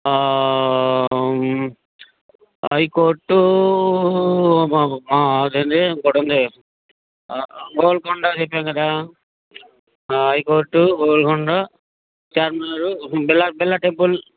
high court అదేండి గోల్కొండ చెప్పా కదా హైకోర్టు గోల్కొండ ఛార్మినారు బిల్లా బిర్లా టెంపుల్